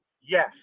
Yes